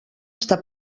està